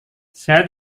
saya